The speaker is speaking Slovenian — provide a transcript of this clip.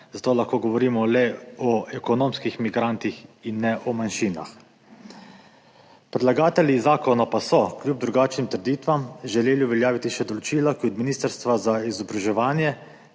zato lahko govorimo le o ekonomskih migrantih in ne o manjšinah. Predlagatelji zakona pa so, kljub drugačnim trditvam, želeli uveljaviti še določila, ki od Ministrstva za vzgojo in izobraževanje,